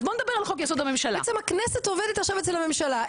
בעצם הכנסת עובדת עכשיו אצל הממשלה,